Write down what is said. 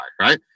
right